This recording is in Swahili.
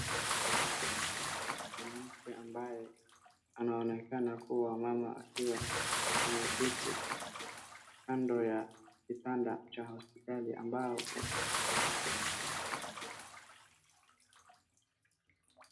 Mwanamke ambaye anaonekana kuwa mama akiwa ameketi kando ya kitanda cha hospitali ambapo